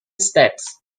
steps